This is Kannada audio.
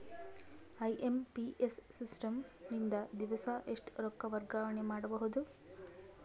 ಐ.ಎಂ.ಪಿ.ಎಸ್ ಸಿಸ್ಟಮ್ ನಿಂದ ದಿವಸಾ ಎಷ್ಟ ರೊಕ್ಕ ವರ್ಗಾವಣೆ ಮಾಡಬಹುದು?